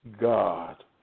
God